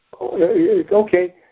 okay